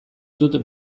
dut